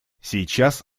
сейчас